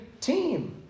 team